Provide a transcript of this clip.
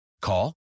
Call